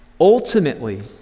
ultimately